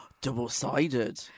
Double-sided